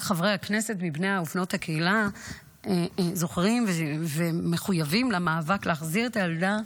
רק חברי הכנסת מבני ובנות הקהילה זוכרים ומחויבים למאבק להחזיר את הילדה